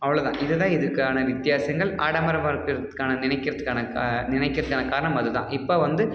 அவ்வளவு தான் இது தான் இதுக்கான வித்தியாசங்கள் ஆடம்பர வாழ்க்கைக்கான நினைக்கிறதுக்கான கா நினைக்கிறதுக்கான காரணம் அது தான் இப்போ வந்து